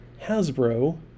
Hasbro